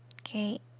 Okay